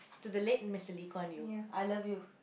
to the late Mister Lee-Kuan-Yew I love you